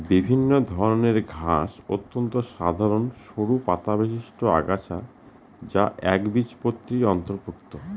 বিভিন্ন ধরনের ঘাস অত্যন্ত সাধারন সরু পাতাবিশিষ্ট আগাছা যা একবীজপত্রীর অন্তর্ভুক্ত